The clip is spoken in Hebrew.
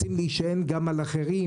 רוצים להישען גם על אחרים,